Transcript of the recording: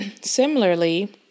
similarly